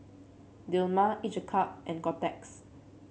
Dilmah each a cup and Kotex